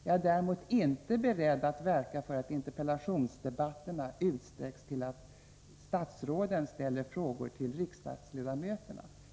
Jag är däremot inte beredd att verka för att interpellationsdebatterna utvidgas till att också avse frågor från statsråden till riksdagsledamöterna.